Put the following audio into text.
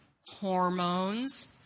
hormones